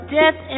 death